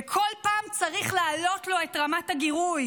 וכל פעם צריך להעלות לו את רמת הגירוי.